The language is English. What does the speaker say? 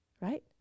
Right